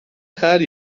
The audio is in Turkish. her